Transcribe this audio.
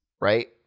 Right